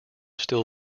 still